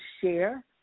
share